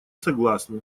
согласны